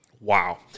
wow